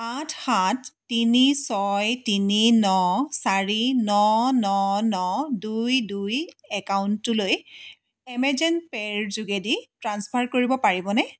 আঠ সাত তিনি ছয় তিনি ন চাৰি ন ন ন দুই দুই একাউণ্টটোলৈ এমেজন পে'ৰ যোগেদি ট্ৰাঞ্চফাৰ কৰিব পাৰিবনে